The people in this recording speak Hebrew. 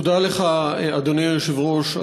תודה לך, אדוני היושב-ראש.